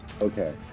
Okay